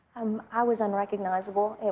um i was unrecognizable.